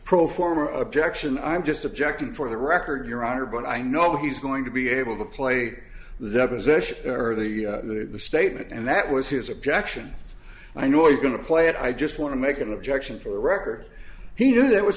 pro forma objection i'm just objecting for the record your honor but i know he's going to be able to play the deposition or the statement and that was his objection i know you're going to play it i just want to make an objection for the record he knew that was